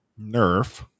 nerf